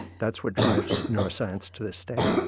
that's what drives neuroscience to this day.